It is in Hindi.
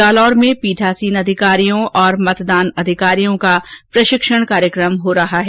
जालोर में पीठासीन अधिकारियों और मतदान अधिकारियों का प्रशिक्षण कार्यक्रम आयोजित हो रहा है